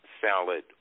salad